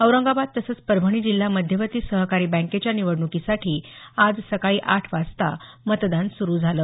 औरंगाबाद तसंच परभणी जिल्हा मध्यवर्ती सहकारी बँकेच्या निवडणुकीसाठी आज सकाळी आठ वाजता मतदान सुरू झालं